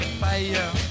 fire